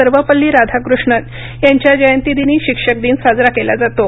सर्वपल्ली राधाकृष्णन यांच्या जयंतीदिनी शिक्षक दिन साजरा केला जातो